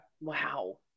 Wow